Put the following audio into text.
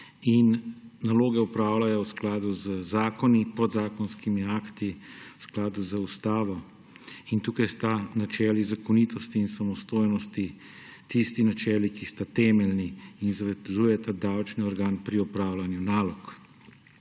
in naloge opravljajo v skladu z zakoni, podzakonskimi akti, v skladu z ustavo. Tukaj sta načeli zakonitosti in samostojnosti tisti načeli, ki sta temeljni in zavezujeta davčni organ pri opravljanju nalog.